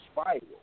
spiral